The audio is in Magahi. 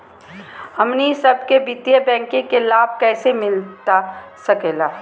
हमनी सबके वित्तीय बैंकिंग के लाभ कैसे मिलता सके ला?